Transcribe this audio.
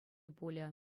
пулӗ